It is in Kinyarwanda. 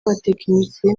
batekinisiye